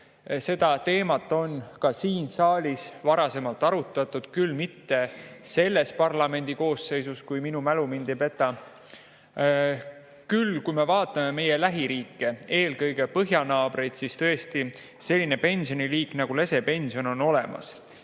seda teemat on siin saalis ka varasemalt arutatud, kuigi mitte selles parlamendi koosseisus, kui mu mälu mind ei peta. Kui me vaatame meie lähiriike, eelkõige põhjanaabreid, siis [me näeme, et] tõesti selline pensioniliik nagu lesepension on olemas.